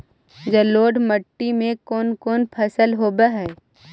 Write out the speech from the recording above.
जलोढ़ मट्टी में कोन कोन फसल होब है?